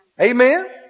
Amen